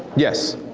yes?